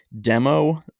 demo